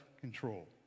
control